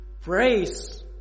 praise